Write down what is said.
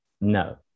No